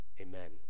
Amen